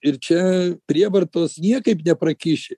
ir čia prievartos niekaip neprakiši